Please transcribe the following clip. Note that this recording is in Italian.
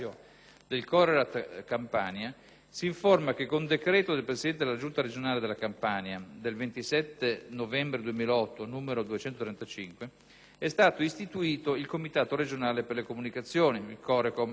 del CORERAT Campania, si informa che con decreto del Presidente della Giunta regionale della Campania n. 235 del 27 novembre 2008, è stato istituito il Comitato regionale per le comunicazioni (CO.RE.COM).